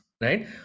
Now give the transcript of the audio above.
right